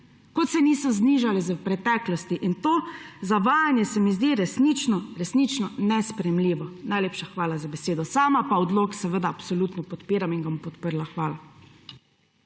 kot se niso znižale v preteklosti. To zavajanje se mi zdi resnično resnično nesprejemljivo. Najlepša hvala za besedo. Sam pa odlok seveda absolutno podpiram in ga bom podprla. Hvala.